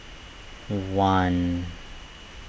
one